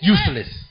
Useless